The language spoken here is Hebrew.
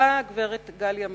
באה הגברת גליה מאור,